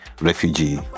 refugee